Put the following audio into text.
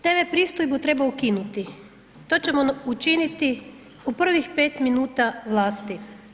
Tv pristojbu treba ukinuti, to ćemo učiniti u prvi 5 minuta vlasti.